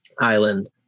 island